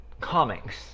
comics